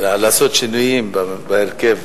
לעשות שינויים בהרכב.